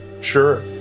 sure